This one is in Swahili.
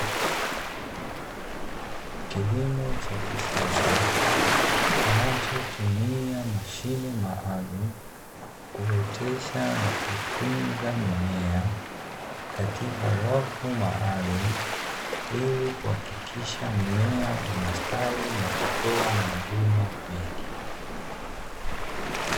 Kilimo cha kisasa, kinachotumia mashine maalumu, kuotesha na kutunza mimea katika rafu maalumu ili kuhakikisha mmea unastawi na kutoa mavuno mengi.